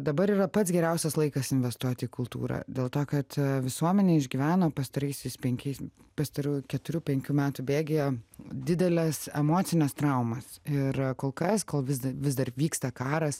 dabar yra pats geriausias laikas investuoti kultūrą dėl to kad visuomenė išgyveno pastaraisiais penkiais pastarųjų keturių penkių metų bėgyje dideles emocines traumas ir kol kas kol vis dar vis dar vyksta karas